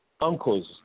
uncles